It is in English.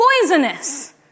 poisonous